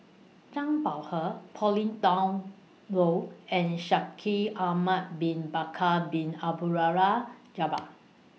Zhang Bohe Pauline Dawn Loh and Shaikh Ahmad Bin Bakar Bin Jabbar